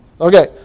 Okay